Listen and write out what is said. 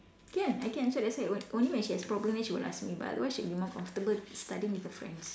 can I can so that's why on~ only when she has problem then she will ask me but otherwise she will be feel more comfortable studying with her friends